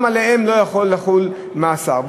גם לגביהם לא יכול לחול מאסר.